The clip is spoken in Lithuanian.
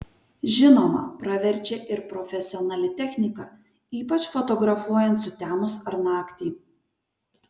žinoma praverčia ir profesionali technika ypač fotografuojant sutemus ar naktį